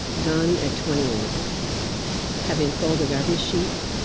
done at twenty-eight, having folded every sheet,